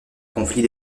conflit